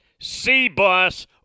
C-Bus